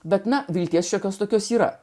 bet na vilties šiokios tokios yra